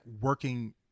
working